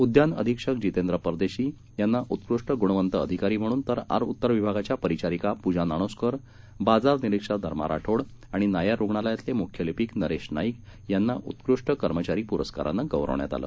उद्यानअधिक्षकजितेंद्रपरदेशीयांनाउत्कृष्टागुणवंतअधिकारीम्हणून तरआरउत्तरविभागाच्यापरिचारिकापूजानाणोसकर बाजारनिरिक्षकधर्माराठोडआणिनायररुग्णातलयातलेमुख्यालिपिकनरेशनाईकयांनाउत्कृष्टकर्मचारीपुरस्कारनंगौरवण्यातआलं